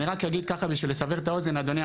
אני רק אגיד ככה, כדי לסבר את האוזן אדוני.